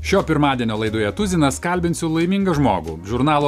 šio pirmadienio laidoje tuzinas kalbinsiu laimingą žmogų žurnalo